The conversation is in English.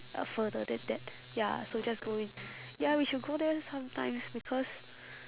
uh further than that ya so just going ya we should go there sometimes because